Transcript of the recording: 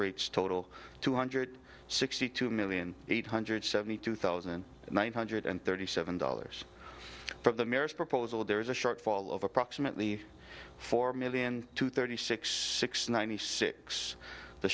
rates total two hundred sixty two million eight hundred seventy two thousand nine hundred thirty seven dollars from the marriage proposal there is a shortfall of approximately four million to thirty six six ninety six the